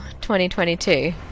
2022